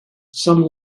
some